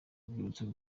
urwibutso